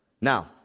Now